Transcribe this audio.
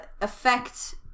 affect